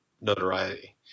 notoriety